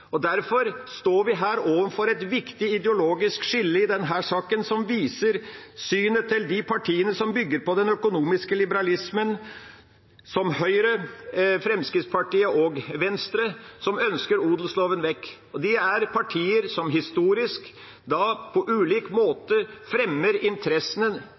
Derfor står vi her overfor et viktig ideologisk skille i denne saken, som viser synet til de partiene som bygger på den økonomiske liberalismen, som Høyre, Fremskrittspartiet og Venstre, som ønsker odelsloven vekk. Det er partier som historisk fremmer kapitalinteressene på ulik